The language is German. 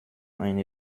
eine